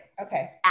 Okay